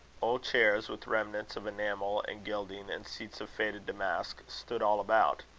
old chairs, with remnants of enamel and gilding, and seats of faded damask, stood all about.